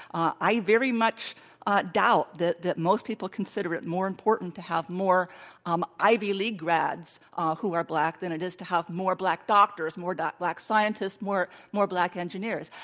i very much doubt that that most people consider it more important to have more um ivy league grads who are black than it is to have more black doctors, more black scientists, more more black engineers.